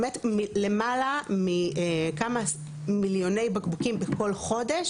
באמת, למעלה מכמה מיליוני בקבוקים בכל חודש